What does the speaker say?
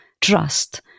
trust